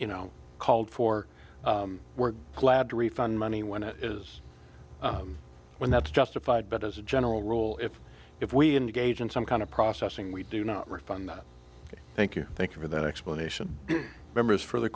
was called for we're glad to refund money when it is when that's justified but as a general rule if if we engage in some kind of processing we do not refund thank you thank you for that explanation members for the